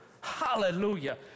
Hallelujah